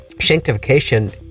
sanctification